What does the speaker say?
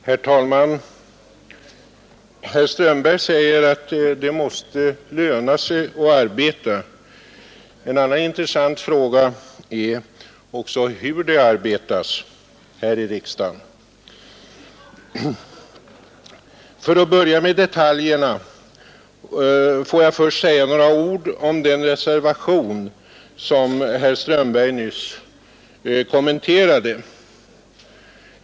Herr talman! Herr Strömberg säger att det måste löna sig att arbeta. En annan intressant fråga är hur det arbetas här i riksdagen. För att börja med detaljerna vill jag först säga några ord om den reservation som herr Strömberg nyss kommenterade.